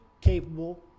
capable